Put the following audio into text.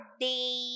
day